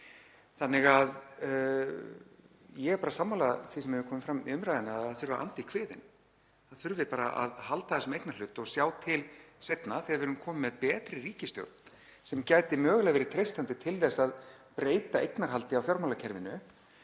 uppi. Ég er sammála því sem hefur komið fram í umræðunni að það þurfi að anda í kviðinn, það þurfi bara að halda þessum eignarhlut og sjá til seinna, þegar við erum komin með betri ríkisstjórn, sem gæti mögulega verið treystandi til að breyta eignarhaldi á fjármálakerfinu.